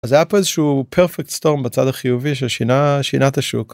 אז היה פה איזה שהוא perfect storm בצד החיובי ששינה שינה את השוק.